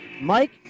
Mike